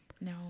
no